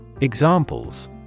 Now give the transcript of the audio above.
Examples